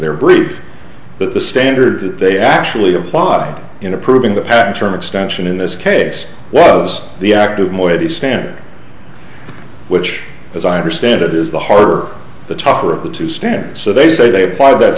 their brief but the standard that they actually applied in approving the patent term extension in this case was the active moiety standard which as i understand it is the harder the tougher the to stand so they say they apply that